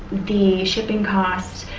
the shipping cost,